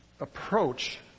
approach